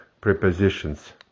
prepositions